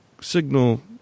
signal